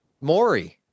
Maury